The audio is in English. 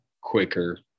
quicker